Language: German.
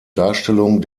darstellung